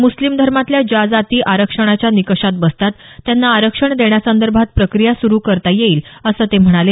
मुस्लिम धर्मातल्या ज्या जाती आरक्षणाच्या निकषात बसतात त्यांना आरक्षण देण्यासंदर्भात प्रक्रिया सुरु करता येईल असं ते म्हणाले